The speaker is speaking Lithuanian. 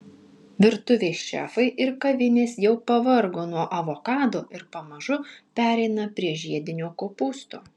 virtuvės šefai ir kavinės jau pavargo nuo avokado ir pamažu pereina prie žiedinio kopūsto